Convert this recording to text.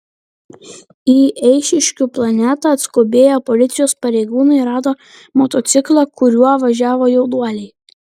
į eišiškių plentą atskubėję policijos pareigūnai rado motociklą kuriuo važiavo jaunuoliai